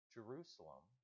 Jerusalem